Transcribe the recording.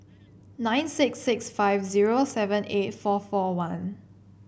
nine six six five zero seven eight four four one